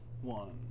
one